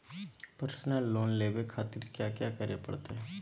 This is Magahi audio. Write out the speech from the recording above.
पर्सनल लोन लेवे खातिर कया क्या करे पड़तइ?